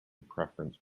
preference